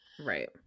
Right